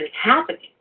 happening